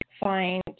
find